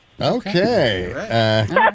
Okay